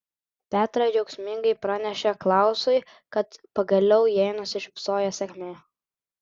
petra džiaugsmingai pranešė klausui kad pagaliau jai nusišypsojo sėkmė